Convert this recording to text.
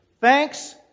Thanks